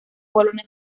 polonia